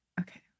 Okay